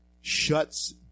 shuts